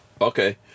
okay